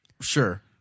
Sure